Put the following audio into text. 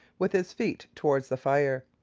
with his feet towards the fire.